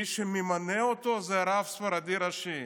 מי שממנה אותו זה הרב הספרדי ראשי?